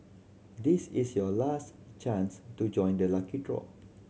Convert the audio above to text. this is your last chance to join the lucky draw